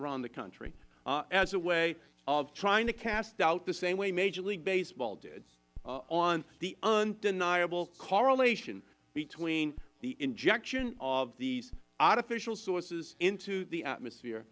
around the country as a way of trying to cast doubt the same way major league baseball did on the undeniable correlation between the injection of these artificial sources into the atmosphere